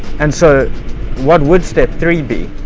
and so what would step three be?